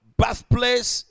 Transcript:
birthplace